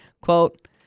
Quote